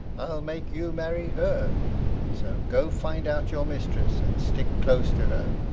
make you marry her so go find out your mistress, and stick close to her,